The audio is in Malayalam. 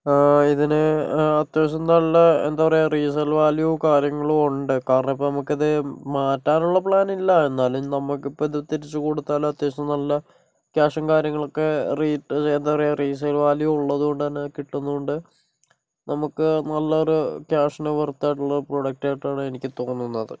ഇതിന് അത്യാവശ്യം നല്ല എന്താ പറയുക റീസെയിൽ വാല്യു കാര്യങ്ങളും ഉണ്ട് കാരണം ഇപ്പോൾ നമുക്ക് ഇത് മാറ്റാനുള്ള പ്ലാനില്ല എന്നാലും നമ്മൾക്കിപ്പോൾ ഇത് തിരിച്ച് കൊടുത്താലും അത്യാവശ്യം നല്ല ക്യാഷും കാര്യങ്ങളൊക്കെ എന്താണ് പറയുക റീസെയിൽ വാല്യു ഉള്ളത് കൊണ്ടുതന്നെ കിട്ടുന്നുണ്ട് നമുക്ക് നല്ലൊരു ക്യാഷിന് വർത്തായിട്ടുള്ള ഒരു പ്രൊഡക്റ്റായിട്ടാണ് എനിക്ക് തോന്നുന്നത്